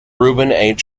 reuben